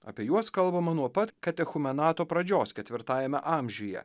apie juos kalbama nuo pat katechumenato pradžios ketvirtajame amžiuje